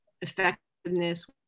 effectiveness